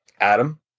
Adam